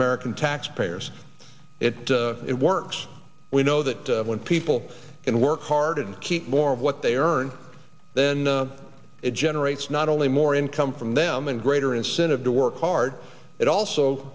american taxpayers it it works we know that when people can work hard and keep more of what they earn then the it generates not only more income from them and greater incentive to work hard it